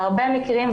בהרבה מקרים,